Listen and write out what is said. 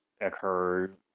occurred